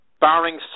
Barring